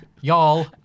Y'all